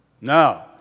No